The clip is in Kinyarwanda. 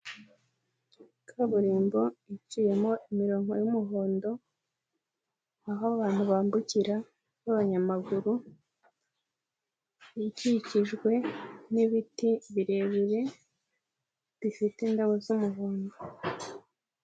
Kaburimbo iciyemo imirongo y'umuhondo aho abantu bambukira b'abanyamaguru, ikikijwe n'ibiti birebire bifite indabo z'umuhondo.